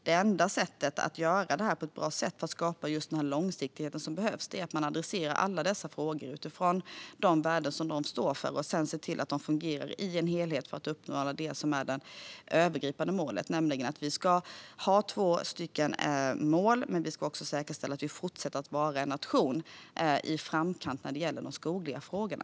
Det enda sättet att skapa den långsiktighet som behövs är att man adresserar alla dessa frågor utifrån de värden de står för. Sedan får man se till att de fungerar i en helhet för att uppnå det övergripande målet. Vi ska ha två mål. Men vi ska också säkerställa att vi fortsätter att vara en nation i framkant när det gäller de skogliga frågorna.